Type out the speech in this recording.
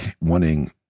wanting